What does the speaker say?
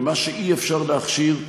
ומה שאי-אפשר להכשיר ייהרס,